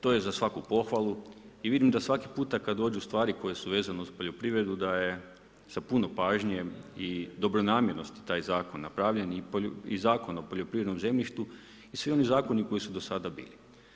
To je za svaku pohvalu i vidim da svaki puta kad dođu stvari koje su vezane uz poljoprivredu da je sa puno pažnje i dobronamjernosti taj zakon napravljen i Zakon o poljoprivrednom zemljištu i svi oni zakoni koji su do sada bili.